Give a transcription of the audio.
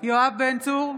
יואב בן צור,